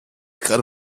gerade